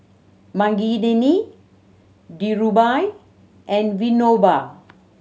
Makineni Dhirubhai and Vinoba